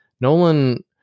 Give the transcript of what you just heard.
nolan